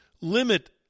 Limit